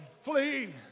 flee